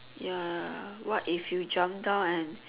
ya what if you jump down and